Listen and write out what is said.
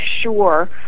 sure